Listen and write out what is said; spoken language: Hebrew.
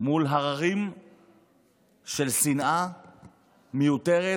מול הררים של שנאה מיותרת